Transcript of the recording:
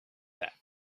that